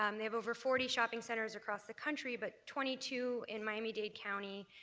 um they have over forty shopping centers across the country, but twenty two in miami-dade county,